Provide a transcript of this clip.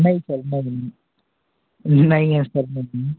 नहीं सर नहीं नहीं है सर नहीं है